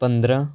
ਪੰਦਰਾਂ